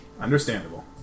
Understandable